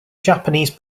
japanese